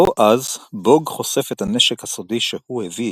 או-אז, בוג חושף את הנשק הסודי שהוא הביא איתו,